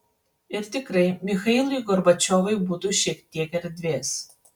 ir tikrai michailui gorbačiovui būtų šiek tiek erdvės